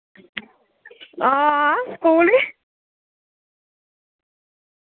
हां स्कूल ही